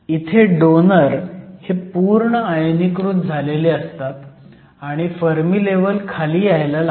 इथे डोनर हे पूर्ण आयनीकृत झालेले असतात आणि फर्मी लेव्हल खाली यायला लागते